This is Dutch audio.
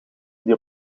die